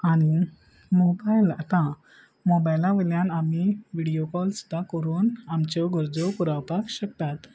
आनी मोबायल आतां मोबायला वयल्यान आमी व्हिडियो कॉल सुद्दां करून आमच्यो गरजो पुरावपाक शकतात